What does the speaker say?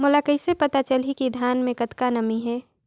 मोला कइसे पता चलही की धान मे कतका नमी हे?